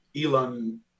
Elon